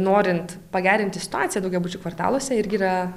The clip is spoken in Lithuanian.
norint pagerinti situaciją daugiabučių kvartaluose ir yra